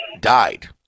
died